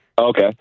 Okay